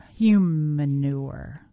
humanure